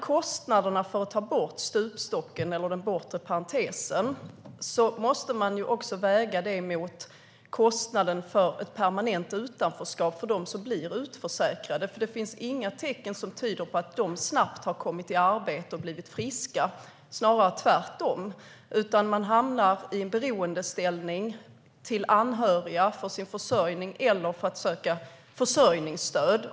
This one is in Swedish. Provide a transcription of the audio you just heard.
Kostnaderna för att ta bort stupstocken, eller den bortre parentesen, måste också vägas mot kostnaderna för ett permanent utanförskap för dem som blir utförsäkrade. Det finns nämligen inga tecken som tyder på att de snabbt har kommit i arbete och blivit friskare - snarare tvärtom. De hamnar i en beroendeställning till anhöriga för sin försörjning eller får söka försörjningsstöd.